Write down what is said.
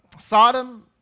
Sodom